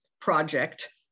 project